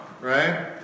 right